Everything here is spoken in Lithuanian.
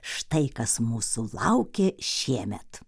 štai kas mūsų laukia šiemet